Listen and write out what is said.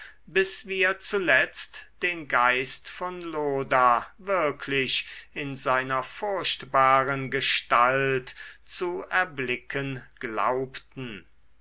bis wir zuletzt den geist von loda wirklich in seiner furchtbaren gestalt zu erblicken glaubten